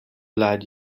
lad